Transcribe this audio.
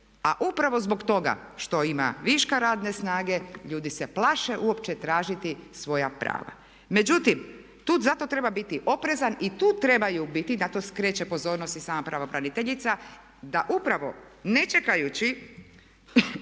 a upravo zbog toga što ima viška radne snage ljudi se plaše uopće tražiti svoja prava. Međutim, tu zato treba biti oprezan i tu trebaju biti, da tu skreće pozornost i sama pravobraniteljica da upravo ne čekajući